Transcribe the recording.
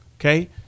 Okay